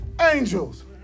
angels